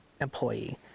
employee